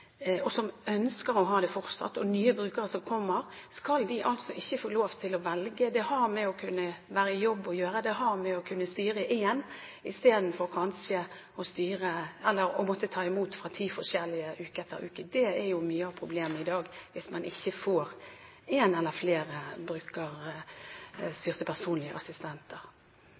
skal de ikke få lov til å velge? Det har med å kunne være i jobb å gjøre. Det har med å gjøre å kunne styre én i stedet for kanskje å måtte ta imot ti forskjellige uke etter uke. Det er mye av problemet i dag hvis man ikke får én, men flere brukerstyrte personlige assistenter.